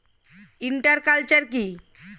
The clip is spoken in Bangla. ইন্টার কালচার কি?